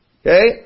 Okay